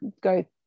go